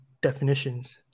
definitions